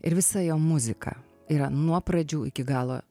ir visa jo muzika yra nuo pradžių iki galo